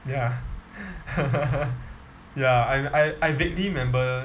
ya ya I I I vaguely remember